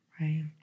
Right